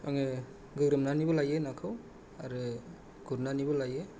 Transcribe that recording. आङो गोग्रोमनानैबो लायो नाखौ आरो गुरनानैबो लायो